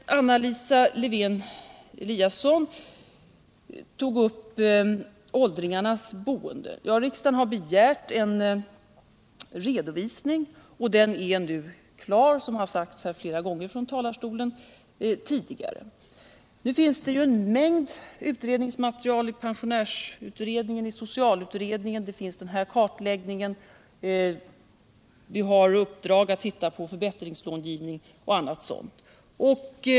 Anna Lisa Lewén-Eliasson tog upp åldringarnas boende. Riksdagen har begärt en redovisning, och den är nu klar, vilket har sagts flera gånger tidigare från denna talarstol, en mängd utredningsmaterial finns i pensionärsutredningen, i socialutredningen och i denna kartläggning. Vi har i uppdrag att se på förbättringslångivningen och annat sådant.